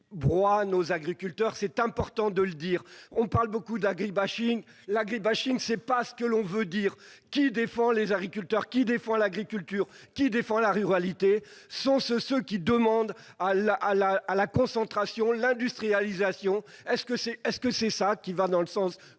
qui broie nos agriculteurs. C'est important de le dire ! On parle beaucoup d'agri-bashing : l'agri-bashing, ce n'est pas ce que l'on veut faire croire. Qui défend les agriculteurs ? Qui défend l'agriculture ? Qui défend la ruralité ? Sont-ce ceux qui soutiennent la concentration et l'industrialisation agricoles ? Ma réponse est